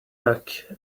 back